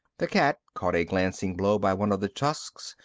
the cat, caught a glancing blow by one of the tusks,